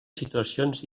situacions